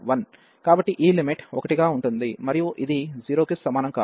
కాబట్టి ఈ లిమిట్ 1 గా ఉంటుంది మరియు ఇది 0 కి సమానం కాదు